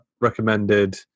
recommended